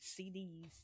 CDs